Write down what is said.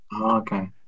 Okay